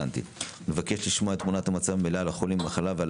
אנחנו נבקש לשמוע את תמונת המצב המלאה על החולים במחלה ועל